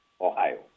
Ohio